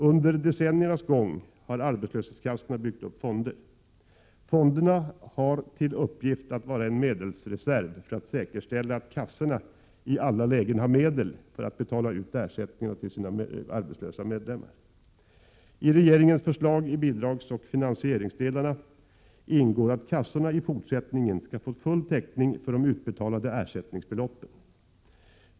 Under decenniernas gång har arbetslöshetskassorna byggt upp fonder. Fonderna har till uppgift att vara en medelsreserv som skall säkerställa att kassorna i alla lägen har medel för att betala ut ersättningarna till sina arbetslösa medlemmar. I regeringens förslag i bidragsoch finansieringsdelarna ingår att kassorna i fortsättningen skall få full täckning för de utbetalade ersättningsbeloppen.